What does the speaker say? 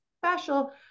special